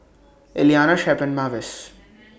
Iliana Shep and Mavis